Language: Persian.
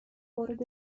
وارد